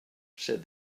said